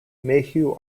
mayhew